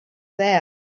there